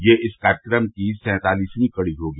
यह इस कार्यक्रम की सैंतालिसवीं कड़ी होगी